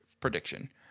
prediction